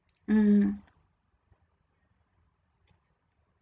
mm